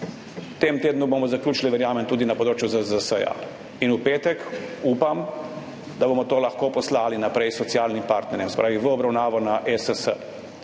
tem tednu bomo zaključili, verjamem, tudi na področju ZZZS in v petek, upam, da bomo to lahko poslali naprej socialnim partnerjem, se pravi v obravnavo na ESS,